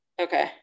Okay